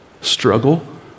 Struggle